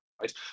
right